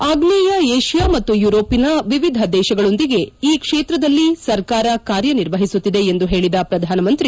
ಆಗ್ನೇಯ ಏಷ್ಲಾ ಮತ್ತು ಯುರೋಪಿನ ವಿವಿಧ ದೇಶಗಳೊಂದಿಗೆ ಈ ಕ್ಷೇತ್ರದಲ್ಲಿ ಸರ್ಕಾರ ಕಾರ್ಯನಿರ್ವಹಿಸುತ್ತಿದೆ ಎಂದು ಹೇಳಿದ ಪ್ರಧಾನಮಂತ್ರಿ